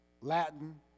Latin